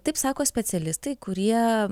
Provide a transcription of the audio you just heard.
taip sako specialistai kurie